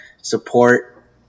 support